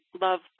love